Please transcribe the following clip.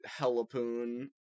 Helipoon